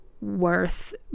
worth